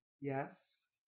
Yes